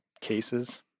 Cases